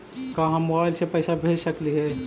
का हम मोबाईल से पैसा भेज सकली हे?